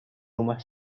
rumah